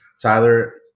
Tyler